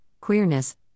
queerness